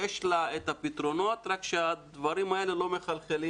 יש לה את הפתרונות רק שהדברים האלה לא מחלחלים